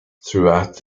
throughout